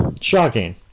shocking